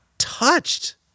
Touched